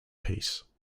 peace